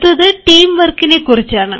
അടുത്തത് ടീം വർക്കിനെ കുറിച്ചാണ്